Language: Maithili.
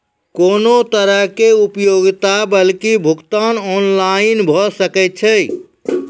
कुनू तरहक उपयोगिता बिलक भुगतान ऑनलाइन भऽ सकैत छै?